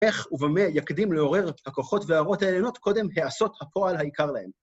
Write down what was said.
איך ובמה יקדים לעורר הכוחות והאורות העליונות קודם העשות הפועל העיקר להן?